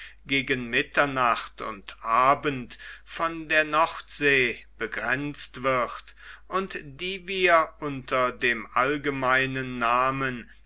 gegen mitternacht und abend von der nordsee begrenzt wird und die wir unter dem allgemeinen namen